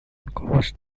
costs